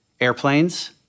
Airplanes